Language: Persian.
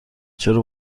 چرا